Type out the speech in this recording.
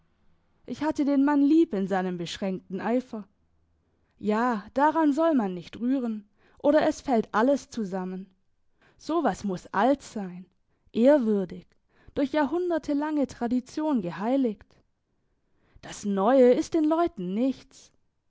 ich hatte den mann lieb in seinem beschränkten eifer ja daran soll man nicht rühren oder es fällt alles zusammen so was muss alt sein ehrwürdig durch jahrhundertlange tradition geheiligt das neue ist den leuten nichts